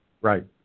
right